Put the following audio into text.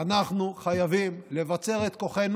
אנחנו חייבים לבצר את כוחנו.